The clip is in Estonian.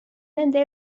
nende